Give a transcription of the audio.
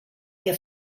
que